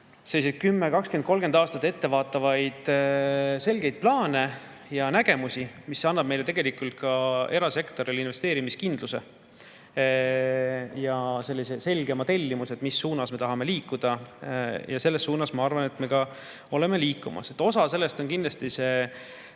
tegema 10–30 aastat ettevaatavaid selgeid plaane ja nägemusi, mis annavad meile ja tegelikult ka erasektorile investeerimiskindluse ja selgema tellimuse, mis suunas me tahame liikuda. Selles suunas, ma arvan, me oleme ka liikumas. Osa sellest on kindlasti 100%